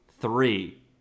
three